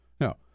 No